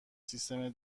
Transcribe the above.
سیستمی